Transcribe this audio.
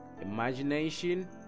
imagination